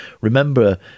Remember